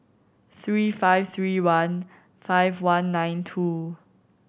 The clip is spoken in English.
three five three one five one nine two